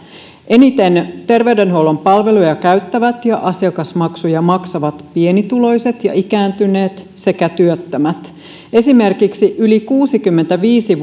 eniten terveydenhuollon palveluja käyttävät ja asiakasmaksuja maksavat pienituloiset ja ikääntyneet sekä työttömät esimerkiksi yli kuusikymmentäviisi